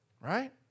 Right